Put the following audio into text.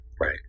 Right